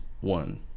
one